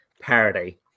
parody